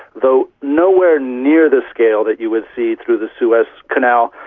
though nowhere near the scale that you would see through the suez canal,